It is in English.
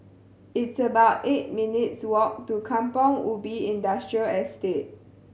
it's about eight minutes' walk to Kampong Ubi Industrial Estate